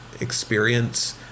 experience